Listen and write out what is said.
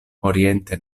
oriente